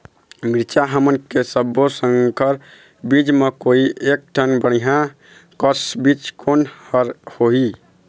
मिरचा हमन के सब्बो संकर बीज म कोई एक ठन बढ़िया कस बीज कोन हर होए?